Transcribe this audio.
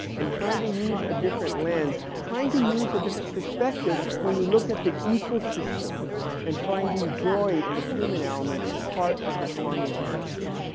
and trying to use a different land, trying to use a different perspective when you look at the ecosystem and finding joy in the human elements part of the farming landscape.